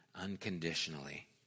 unconditionally